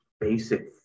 basic